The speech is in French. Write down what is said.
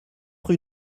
rue